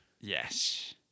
Yes